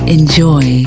Enjoy